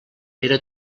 era